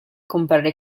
comprare